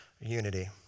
unity